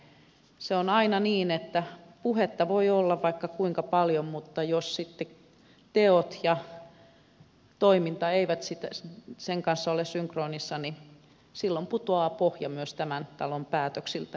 se on aina niin että puhetta voi olla vaikka kuinka paljon mutta jos sitten teot ja toiminta eivät sen kanssa ole synkronissa silloin putoaa pohja myös tämän talon päätöksiltä